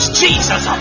jesus